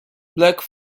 black